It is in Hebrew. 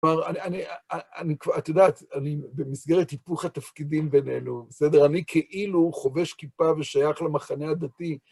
את יודעת, אני במסגרת היפוך התפקידים בינינו, בסדר? אני כאילו חובש כיפה ושייך למחנה הדתי.